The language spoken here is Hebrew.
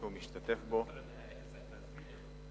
אני לא אאפשר חריגה מהזמנים מעבר.